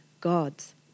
God's